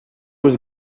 was